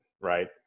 right